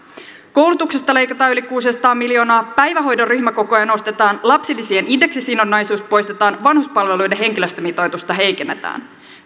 koulutuksesta leikataan yli kuusisataa miljoonaa päivähoidon ryhmäkokoja nostetaan lapsilisien indeksisidonnaisuus poistetaan vanhuspalveluiden henkilöstömitoitusta heikennetään